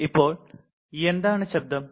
ഇപ്പോൾ എന്താണ് ശബ്ദം